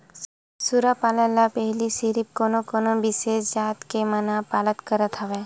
सूरा पालन ल पहिली सिरिफ कोनो कोनो बिसेस जात के मन पालत करत हवय